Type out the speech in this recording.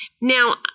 Now